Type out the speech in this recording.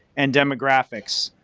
and demographics.